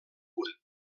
punt